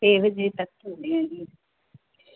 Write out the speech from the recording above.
ਛੇ ਵਜੇ ਤੱਕ ਹੁੰਦੀ ਆ ਜੀ